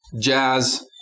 Jazz